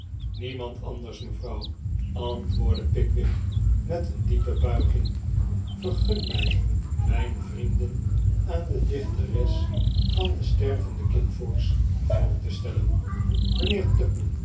niemand anders mevrouw antwoordde pickwick met een diepe buiging vergun mij mijn vrienden aan de dichteres van de stervende kikvorsch voor te stellen